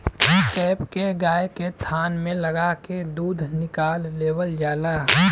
cap के गाय के थान में लगा के दूध निकाल लेवल जाला